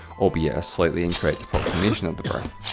albeit a slightly incorrect approximation of the birth.